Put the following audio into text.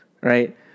Right